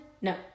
no